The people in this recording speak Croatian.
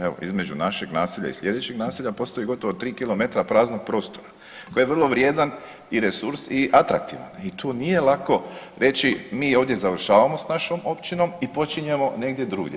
Evo, između našeg naselja i sljedećeg naselja postoji gotovo 3 km praznog prostora koji je vrlo vrijedan i resurs i atraktivan i tu nije lako reći mi ovdje završavamo s našom općinom i počinjemo negdje drugdje.